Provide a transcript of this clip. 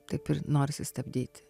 taip ir norisi stabdyt